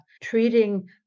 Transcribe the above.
treating